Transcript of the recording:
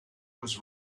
was